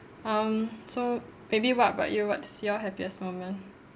um so maybe what about you what's your happiest moment